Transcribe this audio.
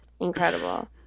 incredible